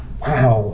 Wow